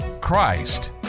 Christ